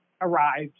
arrived